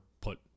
put